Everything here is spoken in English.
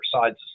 sides